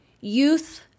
youth